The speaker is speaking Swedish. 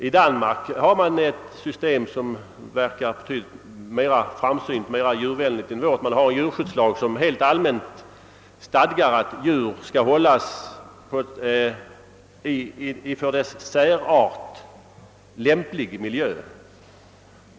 I Danmark har man ett system som verkar mera framsynt och djurvänligt. Man har en djurskyddslag som allmänt stadgar att djur skall hållas i för dess särart lämplig miljö.